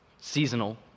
seasonal